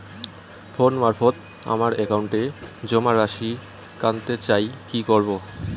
Phone মারফত আমার একাউন্টে জমা রাশি কান্তে চাই কি করবো?